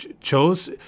chose